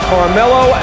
Carmelo